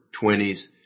twenties